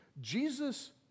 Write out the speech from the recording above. Jesus